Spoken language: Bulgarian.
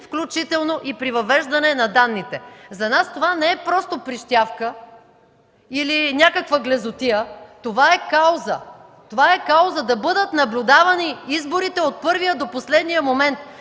включително и при въвеждане на данните. За нас това не е просто прищявка или някаква глезотия. Това е кауза! Това е кауза – да бъдат наблюдавани изборите от първия до последния момент